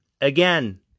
again